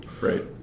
right